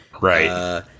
Right